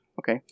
Okay